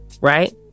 Right